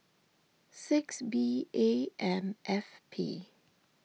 six B A M F P